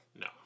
No